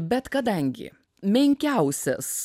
bet kadangi menkiausias